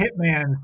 Hitman